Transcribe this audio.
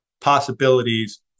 possibilities